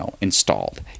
installed